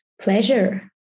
pleasure